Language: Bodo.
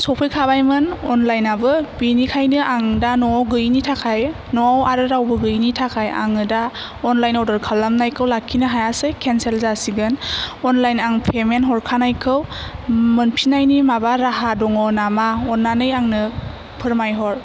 सफैखाबायमोन अनलाइनाबो बिनिखायनो आं दा न'आव गैयिनि थाखाय न'आव आरो रावबो गैयिनि थाखाय आङो दा अनलाइन अर्दार खालामनायखौ लाखिनो हायासै खेनसेल जासिगोन अनलाइन आं फेमेन्थ हरखानायखौ मोनफिनायनि माबा राहा दङ नामा अननानै आंनो फोरमायहर